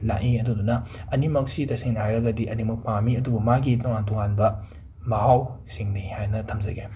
ꯂꯥꯛꯏ ꯑꯗꯨꯗꯨꯅ ꯑꯅꯤꯃꯛꯁꯤ ꯇꯁꯦꯡꯅ ꯍꯥꯏꯔꯒꯗꯤ ꯑꯅꯤꯃꯛ ꯄꯥꯝꯃꯤ ꯑꯗꯨꯕꯨ ꯃꯥꯒꯤ ꯇꯣꯉꯥꯟ ꯇꯣꯉꯥꯟꯕ ꯃꯍꯥꯎꯁꯤꯡꯅꯤ ꯍꯥꯏꯅ ꯊꯝꯖꯒꯦ